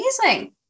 Amazing